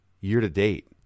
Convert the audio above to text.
year-to-date